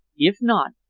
if not,